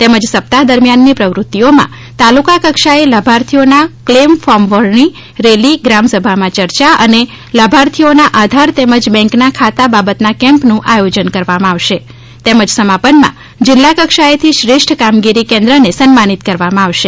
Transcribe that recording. તેમજ સપ્તાહ દરમ્યાનની પ્રવુત્તિઓમાં તાલુકા કક્ષાએ લાભાર્થીઓના કલેમ ફોર્મ ભરણી રેલી ગ્રામ સભામાં ચર્ચા અને લાભાર્થીઓના આધાર તેમજ બેંકના ખાતા બાબતના કેમ્પનું આયોજન કરવામાં આવશે તેમજ સમાપન જિલ્લા કક્ષાએથી શ્રેષ્ઠ કામગીરી કેન્દ્રને સન્માનિત કરવામાં આવશે